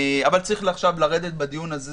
אבל צריך עכשיו בדיון הזה,